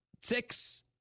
six